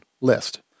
list